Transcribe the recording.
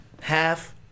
Half-